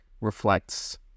reflects